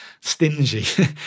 stingy